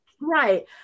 Right